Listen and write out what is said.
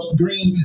green